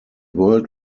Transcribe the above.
world